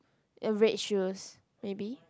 a red shoes maybe